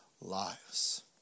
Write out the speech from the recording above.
lives